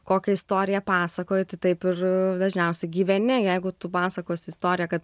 kokią istoriją pasakoji taip ir dažniausiai gyveni jeigu tu pasakosi istoriją kad